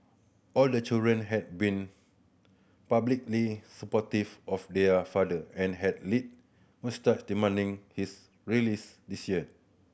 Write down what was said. all the children had been publicly supportive of their father and had led most demanding his release this year